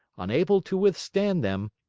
unable to withstand them,